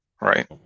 right